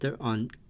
on